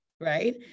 right